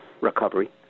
recovery